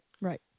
right